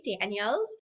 Daniels